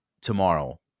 tomorrow